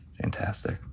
Fantastic